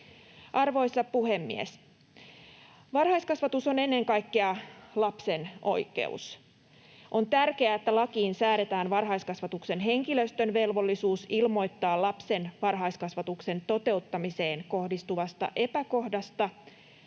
Arvoisa puhemies! Varhaiskasvatus on ennen kaikkea lapsen oikeus. On tärkeää, että lakiin säädetään varhaiskasvatuksen henkilöstön velvollisuus ilmoittaa lapsen varhaiskasvatuksen toteuttamiseen kohdistuvasta epäkohdasta